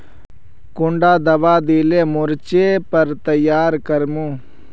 कुंडा दाबा दिले मोर्चे पर तैयारी कर मो?